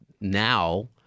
now